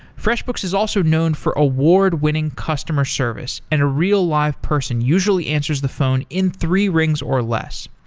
freshbooks is also known for award-winning customer service and a real live person usually answers the phone in three rings or less.